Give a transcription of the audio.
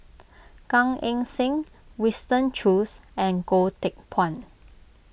Gan Eng Seng Winston Choos and Goh Teck Phuan